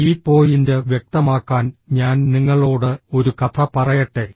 ഈ പോയിന്റ് വ്യക്തമാക്കാൻ ഞാൻ നിങ്ങളോട് ഒരു കഥ പറയട്ടെ